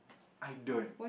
I don't